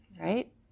right